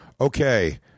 okay